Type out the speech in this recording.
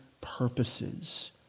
purposes